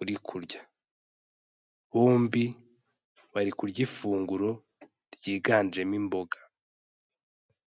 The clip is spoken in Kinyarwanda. urirya, bombi bari kurya ifunguro ryiganjemo imboga.